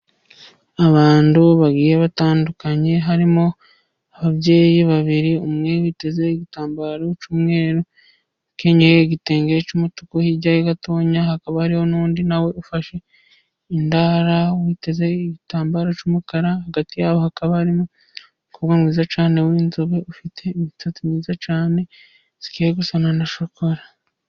Abantu bagiye batandukanye harimo wo ababyeyi babiri. Umwe witeze igitambaro cy'umweru, ukenyeye igitenge cy'umutuku. Hirya y'aho gatoya hakaba hariho n'undi na we ufashe indara, witezeho igitambaro cy'umukara. Hagati yabo hakaba hari umukobwa mwiza cyane w'inzobe, ufite imisatsi myiza cyane zigiye gusa na shokora.